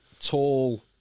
tall